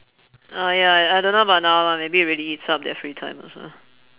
oh ya I don't know about now lah maybe it really eats up their free time also